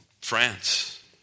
France